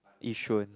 Yishun